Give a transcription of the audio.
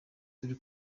turi